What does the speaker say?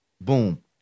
Boom